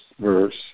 verse